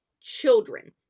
children